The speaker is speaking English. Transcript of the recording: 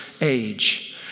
age